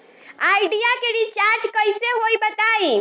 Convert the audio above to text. Idea के recharge कइसे होई बताईं?